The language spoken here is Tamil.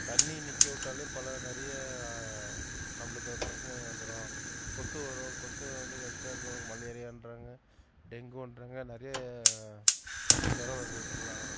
தண்ணி நிற்கவுட்டாலே பல நிறைய நம்மளுக்கு பிரச்சனைகள் வந்துடும் கொசு வரும் கொசு வந்து கடித்தா மலேரியான்றாங்க டெங்குன்றாங்க நிறைய ஜொரம் வருது இப்போல்லாம்